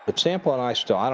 but sample and i, still.